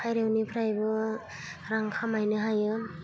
फारौनिफ्रायबो रां खामायनो हायो